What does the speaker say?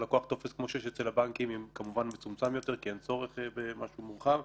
האם זה כבר השלב שבו הכר את הלקוח או השלב שבו הוא מבצע את הפעולה?